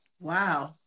Wow